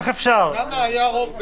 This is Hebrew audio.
הסתייגות מס' 17. מי בעד ההסתייגות?